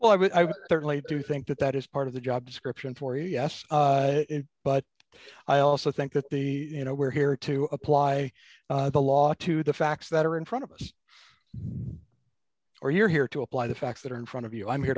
mean i certainly do think that that is part of the job description for us but i also think that the you know we're here to apply the law to the facts that are in front of us or you're here to apply the facts that are in front of you i'm here